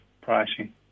pricing